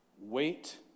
Wait